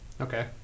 Okay